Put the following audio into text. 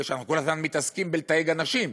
כי אנחנו כל הזמן מתעסקים בלתייג אנשים,